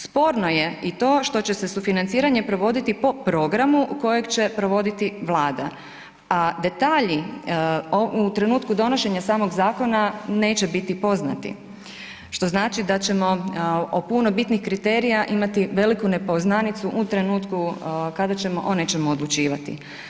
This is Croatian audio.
Sporno je i to što će se sufinanciranje provoditi po programu kojeg će provoditi Vlada, a detalji u trenutku donošenja samog zakona neće biti poznati, što znači da ćemo o puno bitnih kriterija imati veliku nepoznanicu u trenutku kada ćemo o nečemu odlučivati.